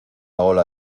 ola